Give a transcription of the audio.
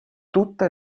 tutte